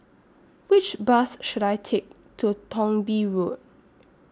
Which Bus should I Take to Thong Bee Road